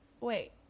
wait